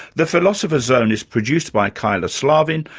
the philosopher's zone is produced by kyla slaven,